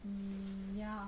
mm ya